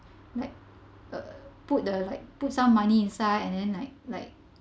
like uh put the like put some money inside and then like like